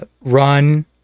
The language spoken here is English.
run